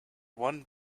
one